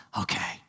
Okay